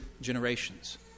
generations